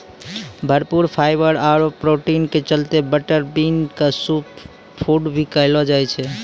भरपूर फाइवर आरो प्रोटीन के चलतॅ बटर बीन क सूपर फूड भी कहलो जाय छै